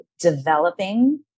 developing